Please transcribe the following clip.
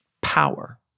power